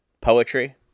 poetry